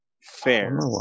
Fair